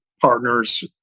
partners